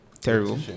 Terrible